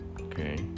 okay